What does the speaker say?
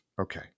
Okay